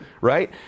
right